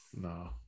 no